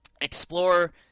explore